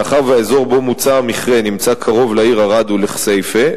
מאחר שהאזור שבו נמצא המכרה נמצא קרוב לעיר ערד ולכסייפה,